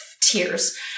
tears